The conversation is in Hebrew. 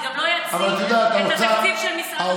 זה גם לא יציל את התקציב של משרד הרווחה.